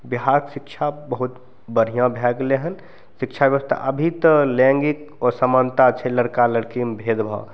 बिहारके शिक्षा बहुत बढ़िआँ भए गेलय हन शिक्षा व्यवस्था अभी तऽ लैंगिक असमानता छै लड़का लड़कीमे भेदभाव